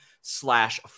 slash